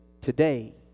today